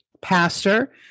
pastor